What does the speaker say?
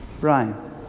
Brian